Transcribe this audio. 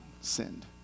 sinned